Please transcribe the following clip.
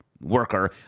worker